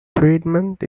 treatment